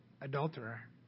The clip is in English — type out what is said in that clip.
adulterer